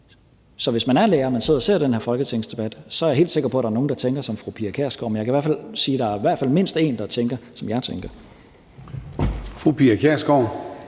Så hvis man er lærer og man sidder og ser den her folketingsdebat, så er jeg helt sikker på, at nogle af dem tænker som fru Pia Kjærsgaard, men jeg vil sige, at der i hvert fald er mindst en, der tænker, som jeg tænker.